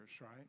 right